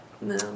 No